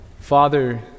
Father